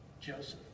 Joseph